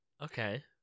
Okay